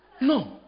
no